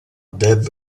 dev